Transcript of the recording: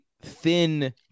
thin